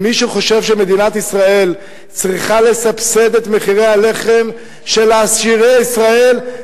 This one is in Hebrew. מי שחושב שמדינת ישראל צריכה לסבסד את מחירי הלחם של עשירי ישראל,